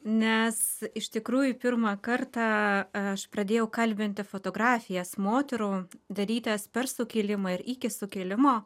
nes iš tikrųjų pirmą kartą aš pradėjau kalbinti fotografijas moterų darytas per sukilimą ir iki sukilimo